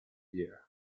year